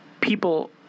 people